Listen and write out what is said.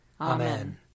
Amen